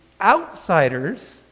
outsiders